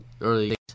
early—